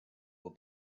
will